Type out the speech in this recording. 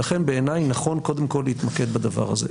ולכן בעיני נכון קודם כל להתמקד בדבר הזה.